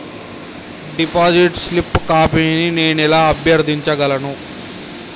Deposit slip కాపీని నేను ఎలా అభ్యర్థించగలను?